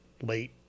late